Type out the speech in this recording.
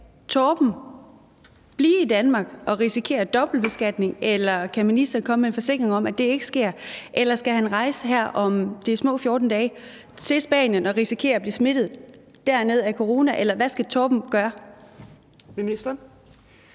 Skal Torben blive i Danmark og risikere dobbeltbeskatning, eller kan ministeren komme med en forsikring om, at det ikke sker? Eller skal han rejse til Spanien her om små 14 dage og risikere at blive smittet med corona dernede? Eller hvad skal Torben gøre?